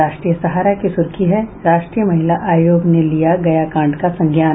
राष्ट्रीय सहारा की सुर्खी है राष्ट्रीय महिला आयोग ने लिया गया कांड का संज्ञान